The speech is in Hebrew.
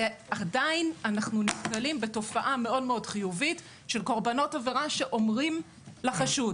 ועדיין אנחנו נתקלים בתופעה מאוד חיובית של קורבנות עבירה שאומרים לחשוד